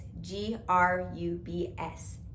G-R-U-B-S